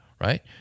right